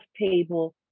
table